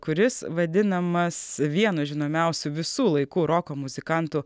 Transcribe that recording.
kuris vadinamas vienu žinomiausių visų laikų roko muzikantų